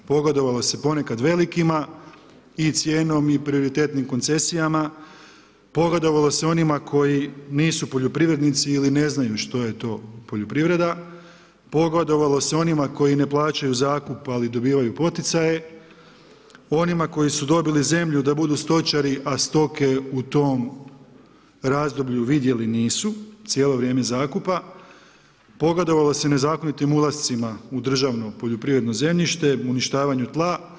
Pogodovalo se ponekad velikima i cijenom i prioritetnim koncesijama, pogodovalo se onima koji nisu poljoprivrednici ili ne znaju što je to poljoprivreda, pogodovalo se onima koji ne plaćaju zakup ali dobivaju poticaje, onima koji su dobili zemlju da budu stočari a stoke u tom razdoblju vidjeli nisu cijelo vrijeme zakupa, pogodovalo se nezakonitim ulascima u državno poljoprivredno zemljište, uništavanje tla.